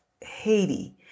Haiti